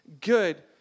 good